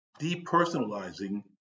Depersonalizing